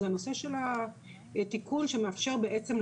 זה הנושא של התיקון שמאפשר בעצם,